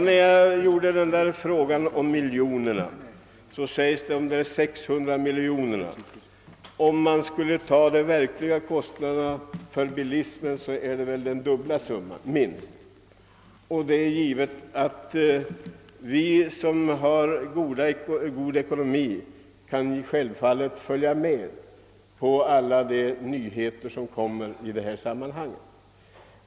När jag ställde frågan om kostnaderna talades det om 600 miljoner, men om man skulle räkna med de verkliga kostnaderna för bilismen, skulle det väl bli minst den dubbla summan. Vi som har god ekonomi kan självfallet följa med i fråga om alla de nyheter som kommer på detta område.